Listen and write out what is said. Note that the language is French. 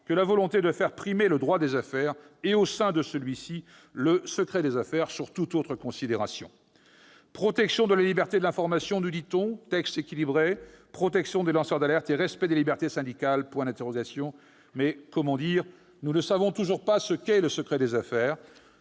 que la volonté de faire primer le droit des affaires et, au sein de celui-ci, le secret des affaires sur toute autre considération. Protection de la liberté de l'information ? Texte équilibré ? Protection des lanceurs d'alerte et respect des libertés syndicales ? Comment dire ?... Si nous ne savons toujours pas ce qu'est le secret des affaires-